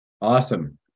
awesome